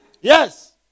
Yes